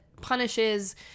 punishes